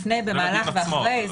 במהלך או אחרי.